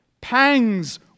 Pangs